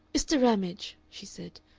mr. ramage, she said,